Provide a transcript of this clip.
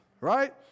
right